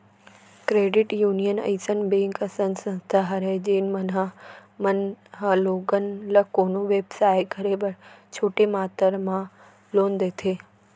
credit union अइसन bank असन संस्था हरय जेन मन ह मन ह लोगन ल कोनो बेवसाय करे बर छोटे मातरा म लोन देथे